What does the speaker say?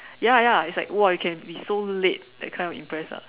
ya ya it's like !wah! you can be so late that kind of impressed ah